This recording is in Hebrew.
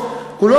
אני רוצה לומר לך,